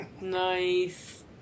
Nice